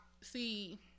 see